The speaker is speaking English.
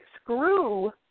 screw